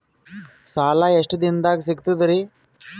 ಸಾಲಾ ಎಷ್ಟ ದಿಂನದಾಗ ಸಿಗ್ತದ್ರಿ?